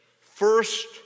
first